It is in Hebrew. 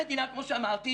המדינה כמו שאמרתי,